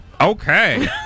Okay